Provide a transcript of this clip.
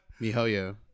mihoyo